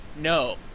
No